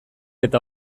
eta